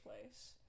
place